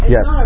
Yes